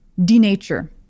denature